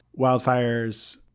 wildfires